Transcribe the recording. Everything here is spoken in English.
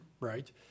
right